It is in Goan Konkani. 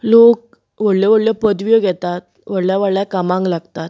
लोक व्हडल्यो व्हडल्यो पदव्यो घेतात व्हडल्या व्हडल्या कामांक लागतात